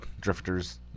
drifters